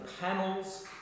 panels